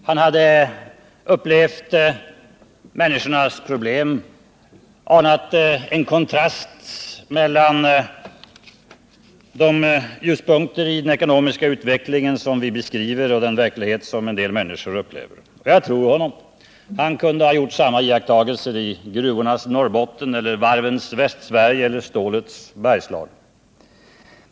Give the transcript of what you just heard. Han hade upplevt människornas problem, anat en kontrast mellan de ljuspunkter i den ekonomiska utvecklingen som vi beskriver och den verklighet som en del människor upplever, och jag tror honom. Han kunde ha gjort samma iakttagelser i gruvornas Norrbotten eller varvens Västsverige eller stålets Bergslagen.